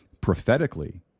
prophetically